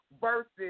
Versus